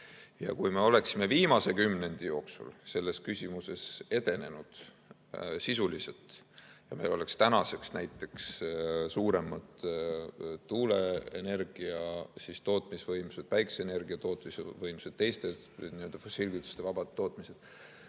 Kui me oleksime viimase kümnendi jooksul selles küsimuses edenenud sisuliselt ja meil oleks tänaseks näiteks suuremad tuuleenergia tootmisvõimsused, päikeseenergia tootmisvõimsused, muu fossiilkütustevaba tootmine,